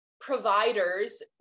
providers